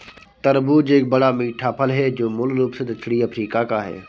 तरबूज एक बड़ा, मीठा फल है जो मूल रूप से दक्षिणी अफ्रीका का है